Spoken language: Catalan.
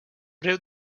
breu